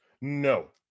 No